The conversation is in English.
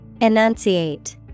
Enunciate